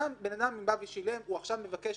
שם בן אדם בא ושילם, עכשיו מבקשים